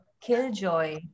killjoy